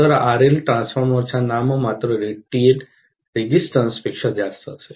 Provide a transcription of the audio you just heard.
तर RL transformer च्या नाममात्र रेटेड रेजिस्टन्स पेक्षा जास्त असेल